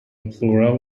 plural